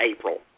April